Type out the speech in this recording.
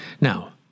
Now